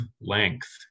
length